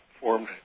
formed